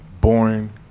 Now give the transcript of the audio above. boring